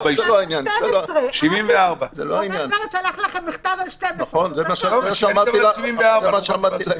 74. רונן פרץ שלח לכם מכתב על 12. זה מה שעמדתי לומר.